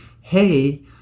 hey